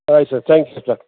ಆಯ್ತು sir thank you sir